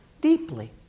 deeply